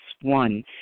One